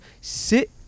Sit